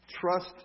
trust